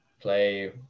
play